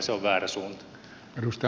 se on väärä suunta